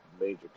major